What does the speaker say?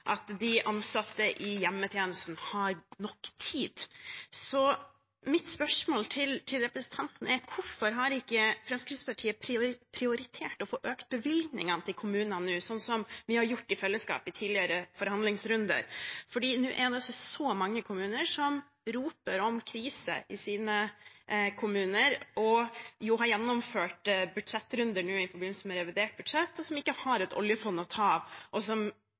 at de ansatte i hjemmetjenesten har nok tid. Så mitt spørsmål til representanten er: Hvorfor har ikke Fremskrittspartiet prioritert å få økt bevilgningene til kommunene nå, sånn som vi har gjort i fellesskap i tidligere forhandlingsrunder? For nå er det svært mange kommuner som roper om krise. De har gjennomført budsjettrunder nå i forbindelse med revidert budsjett, men har ikke et oljefond å ta av og